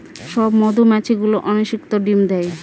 সব মধুমাছি গুলো অনিষিক্ত ডিম দেয়